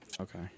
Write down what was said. Okay